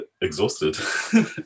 exhausted